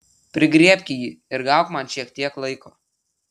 prigriebk jį ir gauk man šiek tiek laiko